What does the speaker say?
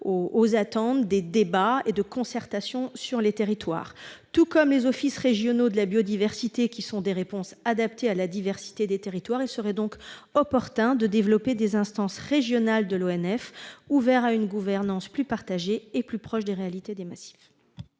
en termes de débat et de concertation dans les territoires. Les offices régionaux de la biodiversité constituent des réponses adaptées à la diversité des territoires. Il serait donc également opportun de développer des instances régionales de l'ONF, ouvertes à une gouvernance plus partagée et plus proche des réalités des massifs.